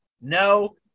no